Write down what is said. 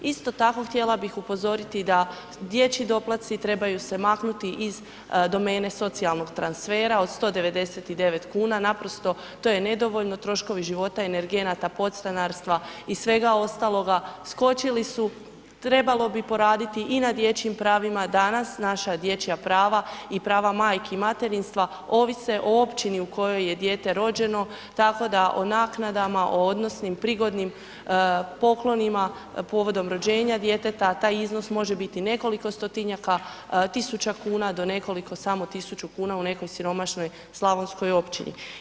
Isto tako htjela bih upozoriti da dječji doplatci trebaju se maknuti iz domene socijalnog transfera od 199,00 kn, naprosto to je nedovoljno, troškovi života i energenata, podstanarstva i svega ostaloga skočili su, trebalo bi poraditi i na dječjim pravima, danas naša dječja prava i prava majki i materinstva ovise o općini u kojoj je dijete rođeno, tako da o naknadama, o odnosnim prigodnim poklonima povodom rođenja djeteta taj iznos može biti nekoliko stotinjaka tisuća kuna do nekoliko samo tisuću kuna u nekoj siromašnoj slavonskoj općini.